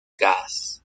gas